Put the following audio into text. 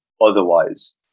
otherwise